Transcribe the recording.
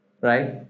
right